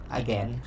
again